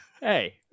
Hey